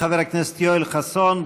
חבר הכנסת יואל חסון,